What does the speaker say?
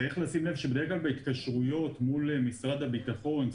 צריך לשים לב שבהתקשרויות מול משרד הביטחון,